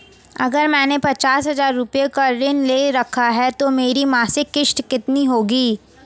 अगर मैंने पचास हज़ार रूपये का ऋण ले रखा है तो मेरी मासिक किश्त कितनी होगी?